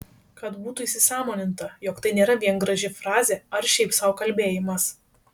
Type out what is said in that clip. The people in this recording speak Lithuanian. kad būtų įsisąmoninta jog tai nėra vien graži frazė ar šiaip sau kalbėjimas